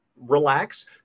relax